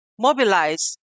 Mobilize